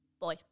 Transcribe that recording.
Boy